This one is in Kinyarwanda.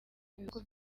bihugu